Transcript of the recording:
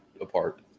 apart